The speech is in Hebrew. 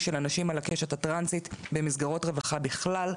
של אנשים על הקשת הטרנסית במסגרות רווחה בכלל,